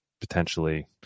potentially